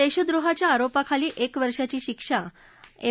देशद्रोहाच्या आरोपाखाली एका वर्षांची शिक्षा एम